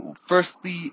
firstly